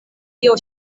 tio